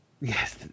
Yes